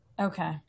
Okay